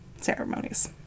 ceremonies